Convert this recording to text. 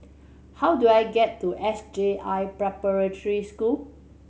how do I get to S J I Preparatory School